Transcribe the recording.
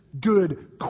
good